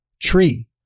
tree